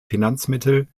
finanzmittel